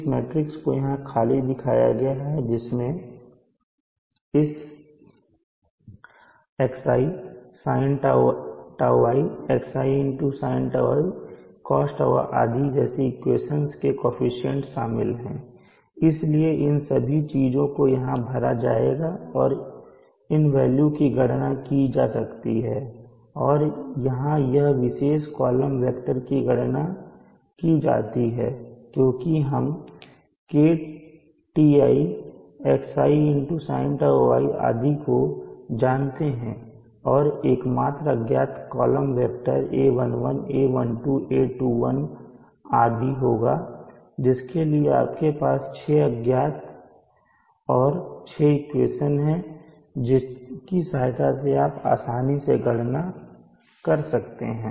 इस मैट्रिक्स को यहाँ खाली दिखाया गया है जिसमें इस xi sinτi xi sinτi cosτi आदि जैसे इक्वेशंस के कोअफिशन्ट शामिल हैंइसलिए इन सभी चीज़ों को यहाँ भरा जाएगा और इन वेल्यू की गणना की जा सकती है और यहाँ यह विशेष कॉलम वेक्टर की गणना की जाती है क्योंकि हम KTi xi sinτi आदि को जानते हैं और एकमात्र अज्ञात column vector a11a12 a21 a22 a31 a32 होगा जिसके लिए आपके पास 6 अज्ञात और 6 इक्वेशंस हैं जिनकी सहायता से आप आसानी से गणना कर सकते हैं